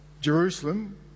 Jerusalem